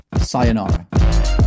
Sayonara